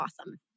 awesome